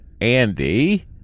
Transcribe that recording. Andy